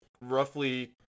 roughly